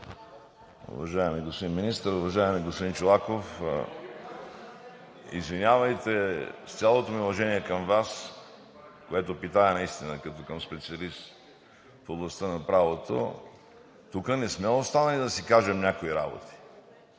уважаеми господин Министър! Уважаеми господин Чолаков, извинявайте, с цялото ми уважение към Вас, което питая наистина като към специалист в областта на правото, тук не сме останали да си кажем някои работи,